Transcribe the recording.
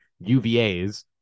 UVA's